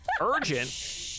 Urgent